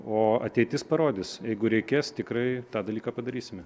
o ateitis parodys jeigu reikės tikrai tą dalyką padarysime